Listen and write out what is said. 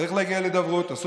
צריך להגיע להידברות,